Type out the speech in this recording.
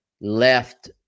left –